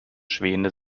schwäne